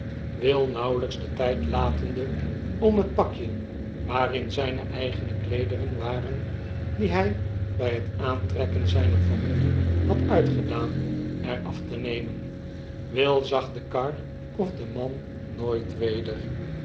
de tijd latende om het palrje waarin zijne eigene kleederen waren die hij bij het aantrekken zijner vermomming had uitgedaan er af te nemen will zag de kar of den man nooit weder